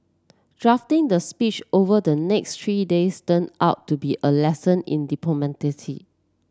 drafting the speech over the next three days turned out to be a lesson in